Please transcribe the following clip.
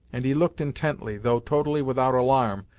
and he looked intently, though totally without alarm,